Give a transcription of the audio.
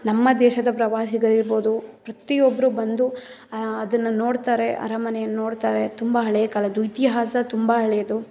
ನಮ್ಮ ದೇಶದ ಪ್ರವಾಸಿಗರು ಇರ್ಬೋದು ಪ್ರತಿಯೊಬ್ರೂ ಬಂದು ಅದನ್ನು ನೋಡ್ತಾರೆ ಅರಮನೆಯನ್ನು ನೋಡ್ತಾರೆ ತುಂಬ ಹಳೆಯ ಕಾಲದ್ದು ಇತಿಹಾಸ ತುಂಬ ಹಳೆಯದು